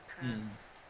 past